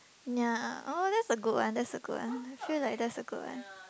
ya oh that's a good one that's a good one sure like that's a good one